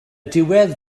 diwedd